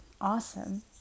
awesome